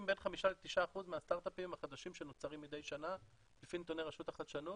בין 5%-9% מהסטארט-אפים החדשים שנוצרים מדי שנה לפי נתוני רשות החדשנות,